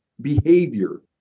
behavior